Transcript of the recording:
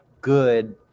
good